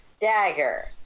dagger